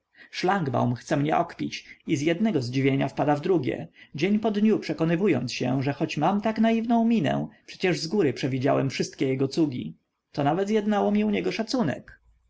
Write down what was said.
szlangbaum chce mnie okpić i z jednego zdziwienia wpada w drugie dzień podniu przekonywając się że choć mam tak naiwną minę przecież zgóry przewidziałem wszystkie jego cugi to nawet zjednało mi u niego szacunek